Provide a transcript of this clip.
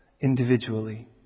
individually